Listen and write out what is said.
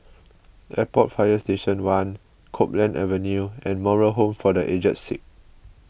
Airport Fire Station one Copeland Avenue and Moral Home for the Aged Sick